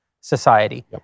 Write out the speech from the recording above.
society